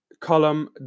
column